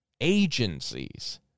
agencies